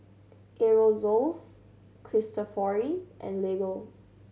Aerosoles Cristofori and Lego